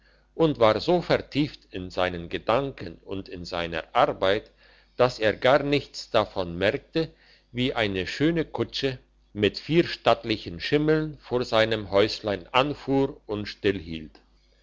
und war so vertieft in seinen gedanken und in seiner arbeit dass er gar nichts davon merkte wie eine schöne kutsche mit vier stattlichen schimmeln vor seinem häuslein anfuhr und